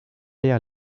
l’air